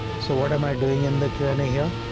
so what am i doing in the kernel here?